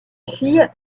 fille